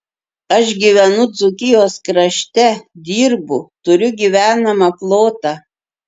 aš gyvenu dzūkijos krašte dirbu turiu gyvenamą plotą